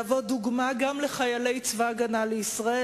לשמש דוגמה גם לחיילי צבא-הגנה לישראל,